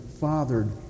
fathered